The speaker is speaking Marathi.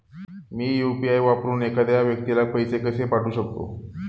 मी यु.पी.आय वापरून एखाद्या व्यक्तीला पैसे कसे पाठवू शकते?